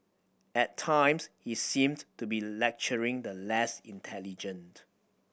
at times he seemed to be lecturing the less intelligent